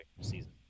season